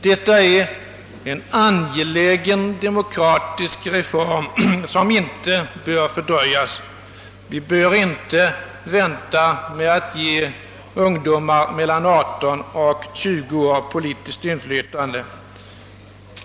Detta är en angelägen demokratisk reform som inte bör fördröjas; vi bör inte vänta med att ge ungdomar mellan 18 och 20 år politiskt inflytande.